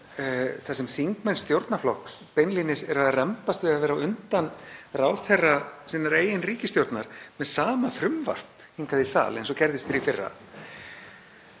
þar sem þingmenn stjórnarflokks rembast beinlínis við að vera á undan ráðherra sinnar eigin ríkisstjórnar með sama frumvarp hingað í salinn eins og gerðist í fyrra.